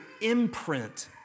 imprint